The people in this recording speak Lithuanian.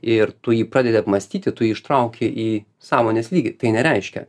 ir tu jį pradedi apmąstyti tu jį ištrauki į sąmonės lygį tai nereiškia